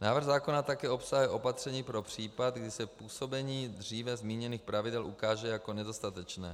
Návrh zákona také obsahuje opatření pro případ, kdy se působení dříve zmíněných pravidel ukáže jako nedostatečné.